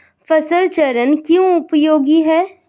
फसल चरण क्यों उपयोगी है?